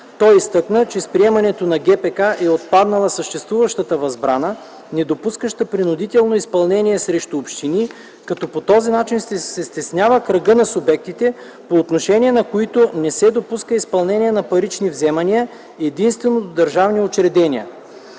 Той изтъкна, че с приемането на ГПК е отпаднала съществуващата забрана, недопускаща принудително изпълнение срещу общини, като по този начин се стеснява кръгът на субектите, по отношение на които не се допуска изпълнение на парични вземания, единствено до държавни учреждения.